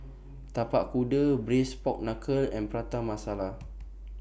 Tapak Kuda Braised Pork Knuckle and Prata Masala